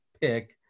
pick